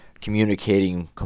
communicating